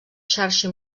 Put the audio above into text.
xarxa